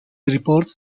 reports